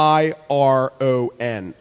iron